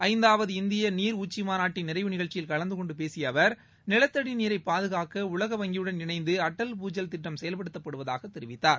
ஐந்தாவது இந்திய நீர் உச்சி மாநாட்டின் நிறைவு நிகழ்ச்சியில் கலந்து கொண்டு பேசிய அவர் நிலத்தடி நீரை பாதுகாக்க உலக வங்கியுடன் இணைந்து அடல் பூஜல் திட்டம் செயல்படுத்தப்படுவதாக தெரிவித்தார்